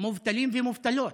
מובטלים ומובטלות?